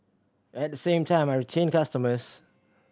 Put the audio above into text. at the same time I retain customers